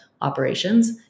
operations